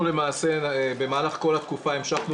אנחנו למעשה במהלך כל התקופה המשכנו